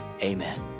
Amen